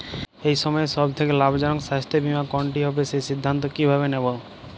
এই সময়ের সব থেকে লাভজনক স্বাস্থ্য বীমা কোনটি হবে সেই সিদ্ধান্ত কীভাবে নেব?